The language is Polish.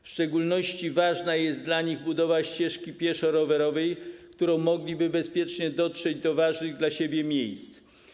W szczególności ważna jest dla nich budowa ścieżki pieszo-rowerowej, którą mogliby bezpiecznie dotrzeć do ważnych dla siebie miejsc.